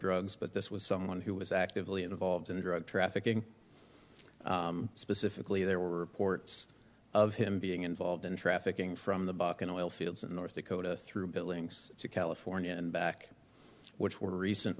drugs but this was someone who was actively involved in drug trafficking specifically there were reports of him being involved in trafficking from the bucket oil fields in the us to kota through billings to california and back which were recent